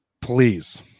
please